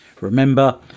Remember